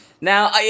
now